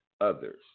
others